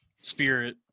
spirit